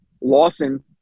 Lawson